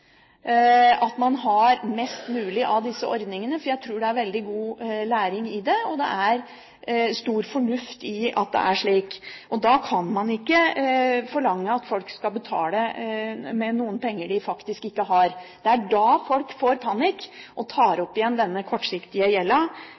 at man har mest mulig av disse ordningene, for jeg tror det er veldig god læring i det, og det er stor fornuft i at det er slik. Da kan man ikke forlange at folk skal betale med penger som de faktisk ikke har. Det er da folk får panikk og igjen tar